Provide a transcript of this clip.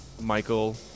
Michael